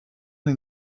les